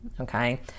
okay